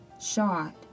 shot